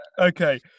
Okay